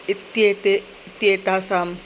इत्येते इत्येतासाम्